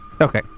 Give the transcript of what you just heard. Okay